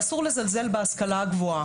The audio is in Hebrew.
אסור לזלזל בהשכלה הגבוהה.